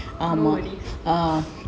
no worries